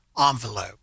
envelope